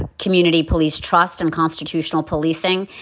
ah community police trust and constitutional policing.